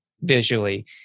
visually